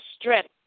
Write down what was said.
strength